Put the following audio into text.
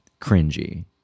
cringy